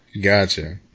Gotcha